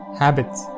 habits